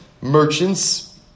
merchants